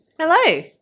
hello